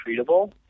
treatable